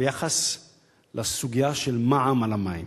ביחס לסוגיה של מע"מ על המים.